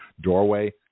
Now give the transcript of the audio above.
doorway